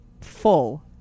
Full